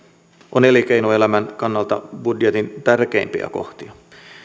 on elinkeinoelämän kannalta budjetin tärkeimpiä kohtia